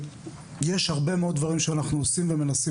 יש הרבה מאוד דברים שאנחנו עושים ומנסים